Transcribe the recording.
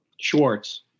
Schwartz